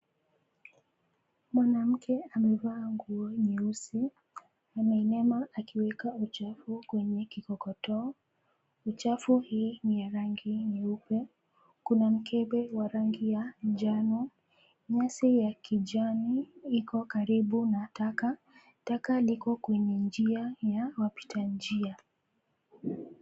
Mwanamke amevaa nguo nyeusi ameinama akiweka uchafu kwenye kikokotoo. Uchafu hii ni ya rangi nyeupe. Kuna mkebe wa rangi ya njano, nyasi ya kijani iko karibu na taka. Taka liko kwenye njia ya wapitanjia.